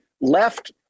left